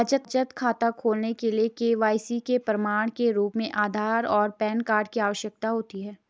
बचत खाता खोलने के लिए के.वाई.सी के प्रमाण के रूप में आधार और पैन कार्ड की आवश्यकता होती है